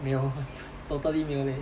没有 totally 没有 leh